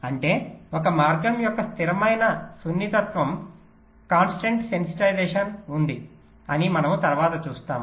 అంటే ఒక మార్గం యొక్క స్థిరమైన సున్నితత్వం ఉంది అని మనము తరువాత చూస్తాము